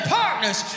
partners